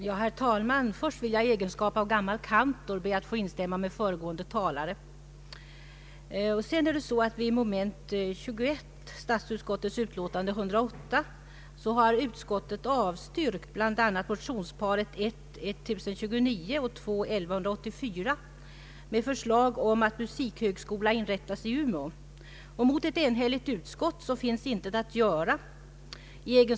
Herr talman! Först vill jag i egenskap av gammal kantor instämma med föregående talare. Under punkten 21 i statsutskottets utlåtande nr 108 har utskottet avstyrkt motionsparet I: 1029 och II: 1184 med förslag om att musikhögskola skall inrättas i Umeå. Mot ett enhälligt utskott finns intet att göra.